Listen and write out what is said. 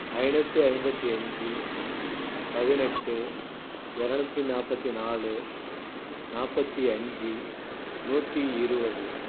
ஐநூற்றி ஐம்பத்தி அஞ்சு பதினெட்டு இரநூத்தி நாற்பத்தி நாலு நாற்பத்தி அஞ்சு நூற்றி இருபது